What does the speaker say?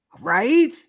Right